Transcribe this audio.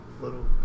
little